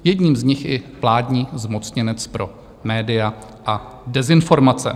Jedním z nich je vládní zmocněnec pro média a dezinformace.